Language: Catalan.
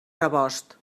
rebost